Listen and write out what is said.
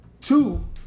two